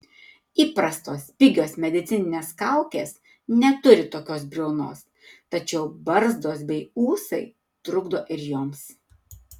įprastos pigios medicininės kaukės neturi tokios briaunos tačiau barzdos bei ūsai trukdo ir joms